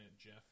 Jeff